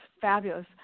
Fabulous